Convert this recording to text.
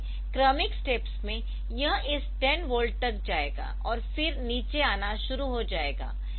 इसलिए क्रमिक स्टेप्स में यह इस 10 वोल्ट तक जाएगा और फिर नीचे आना शुरू हो जाएगा